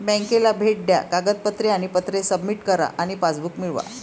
बँकेला भेट द्या कागदपत्रे आणि पत्रे सबमिट करा आणि पासबुक मिळवा